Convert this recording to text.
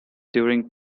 during